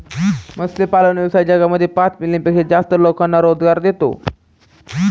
मत्स्यपालन व्यवसाय जगामध्ये पाच मिलियन पेक्षा जास्त लोकांना रोजगार देतो